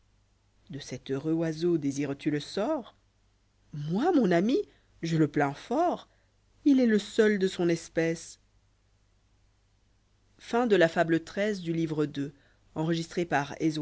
d'o cet heureux oiseau désires tû le sort moi mon ami je le plains fort u est le seul de son espèce